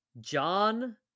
John